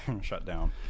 shutdown